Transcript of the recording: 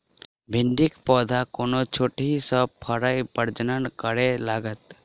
भिंडीक पौधा कोना छोटहि सँ फरय प्रजनन करै लागत?